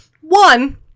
one